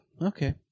Okay